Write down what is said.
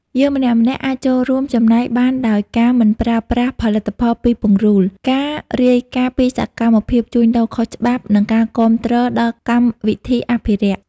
យើងម្នាក់ៗអាចចូលរួមចំណែកបានដោយការមិនប្រើប្រាស់ផលិតផលពីពង្រូល ការរាយការណ៍ពីសកម្មភាពជួញដូរខុសច្បាប់ និងការគាំទ្រដល់កម្មវិធីអភិរក្ស។